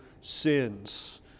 sins